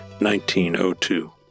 1902